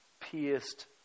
pierced